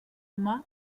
humà